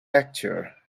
lecture